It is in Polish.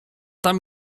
tam